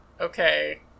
okay